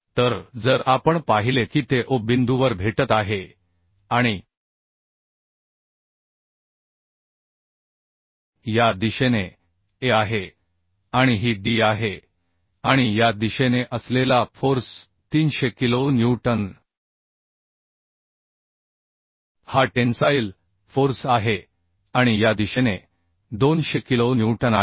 तर जर आपण पाहिले की ते O बिंदूवर भेटत आहे आणि या दिशेने A आहे आणि ही D आहे आणि या दिशेने असलेला फोर्स 300 किलो न्यूटन हा टेन्साईल फोर्स आहे आणि या दिशेने 200 किलो न्यूटन आहे